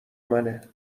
منه